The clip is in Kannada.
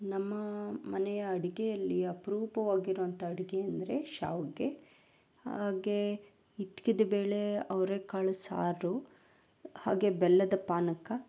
ನಮ್ಮ ಮನೆಯ ಅಡುಗೆಯಲ್ಲಿ ಅಪ್ರೂಪವಾಗಿರುವಂಥ ಅಡುಗೆ ಅಂದರೆ ಶಾವಿಗೆ ಹಾಗೇ ಹಿಚ್ಕಿದ್ಬೇಳೆ ಅವರೇಕಾಳು ಸಾರು ಹಾಗೆ ಬೆಲ್ಲದ ಪಾನಕ